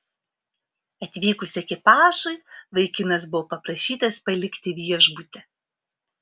atvykus ekipažui vaikinas buvo paprašytas palikti viešbutį